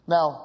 Now